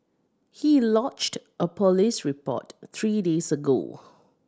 he lodged a police report three days ago